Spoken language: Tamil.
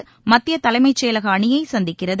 மத்திய தலைமைச் செயலக அணியை சந்திக்கிறது